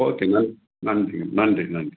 ஓகேங்க நன்றி நன்றிங்க நன்றி நன்றி